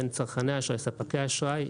בין צרכני אשראי לספקי אשראי,